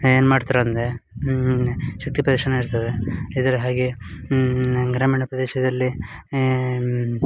ಏನು ಮಾಡ್ತ್ರೆ ಅಂದರೆ ಶಕ್ತಿ ಪ್ರದರ್ಶನ ಇರ್ತದೆ ಇದರ ಹಾಗೆ ಗ್ರಾಮೀಣ ಪ್ರದೇಶದಲ್ಲಿ